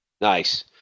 Nice